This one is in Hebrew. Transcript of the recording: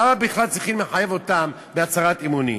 למה בכלל צריכים לחייב אותם בהצהרת אמונים?